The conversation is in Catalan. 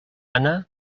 anna